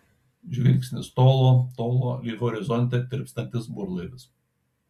žvilgsnis tolo tolo lyg horizonte tirpstantis burlaivis